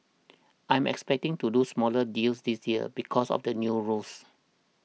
I'm expecting to do smaller deals this year because of the new rules